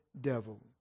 devil